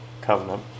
covenant